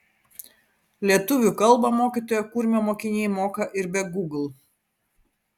lietuvių kalbą mokytojo kurmio mokiniai moka ir be gūgl